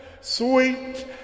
sweet